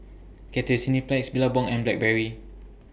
Cathay Cineplex Billabong and Blackberry